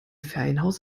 ferienhaus